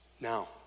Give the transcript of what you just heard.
Now